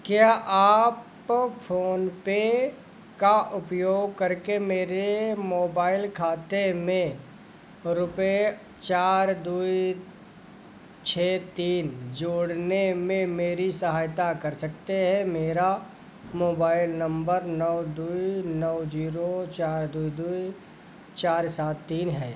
क्या आप फोनपे का उपयोग करके मेरे मोबाइल खाते में रुपए चार दो छः तीन जोड़ने में मेरी सहायता कर सकते हैं मेरा मोबाइल नंबर नौ दो नौ जीरो चार दो दो चार सात तीन है